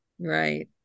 Right